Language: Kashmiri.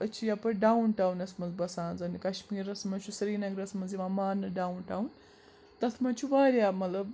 أسۍ چھِ یَپٲرۍ ڈاوُن ٹاونَس منٛز بَسان زَنہِ کَشمیٖرَس منٛز چھُ سرینَگرَس منٛز یِوان ماننہٕ ڈاوُن ٹاوُن تَتھ منٛز چھُ واریاہ مطلب